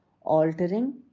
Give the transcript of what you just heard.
altering